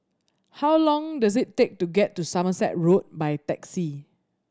how long does it take to get to Somerset Road by taxi